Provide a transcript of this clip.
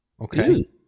Okay